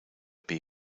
bay